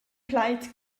plaid